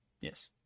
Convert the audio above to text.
yes